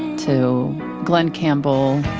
to glen campbell,